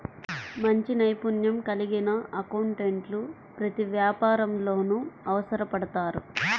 మంచి నైపుణ్యం కలిగిన అకౌంటెంట్లు ప్రతి వ్యాపారంలోనూ అవసరపడతారు